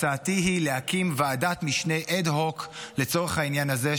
הצעתי היא להקים ועדת משנה אד-הוק לצורך העניין הזה,